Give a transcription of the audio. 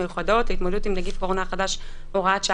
סמכויות מיוחדות להתמודדות עם נגיף הקורונה החדש (הוראת שעה),